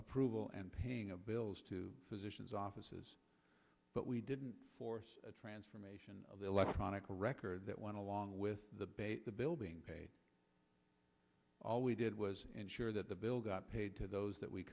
approval and paying a bill to physicians offices but we didn't force the transformation of electronic records that went along with the bait the building all we did was ensure that the bill got paid to those that we